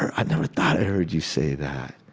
i never thought i heard you say that.